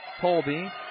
Colby